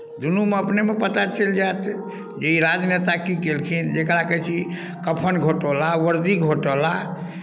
दुनूमे अपनेमे पता चलि जायत जे ई राजनेता की केलखिन जकरा कहैत छी कफन घोटाला वर्दी घोटाला